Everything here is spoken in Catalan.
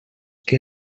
que